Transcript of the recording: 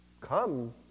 come